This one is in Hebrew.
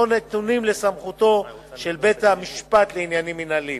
או נתונים לסמכותו של בית-המשפט לעניינים מינהליים.